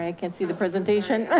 i can't see the presentation.